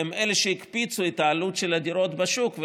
הם שהקפיצו את העלות של הדירות בשוק,